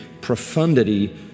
profundity